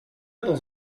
dans